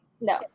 No